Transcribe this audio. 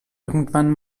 irgendwann